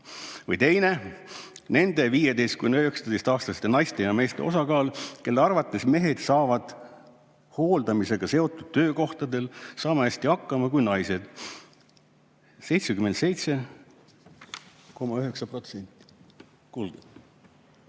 Või teine: nende 15–19-aastaste naiste ja meeste osakaal, kelle arvates mehed saavad hooldamisega seotud töökohtadel sama hästi hakkama kui naised – 77,9%. Kuulge,